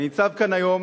אני ניצב כאן היום